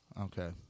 Okay